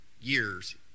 years